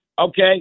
okay